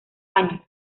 años